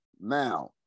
now